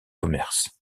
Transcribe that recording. commerce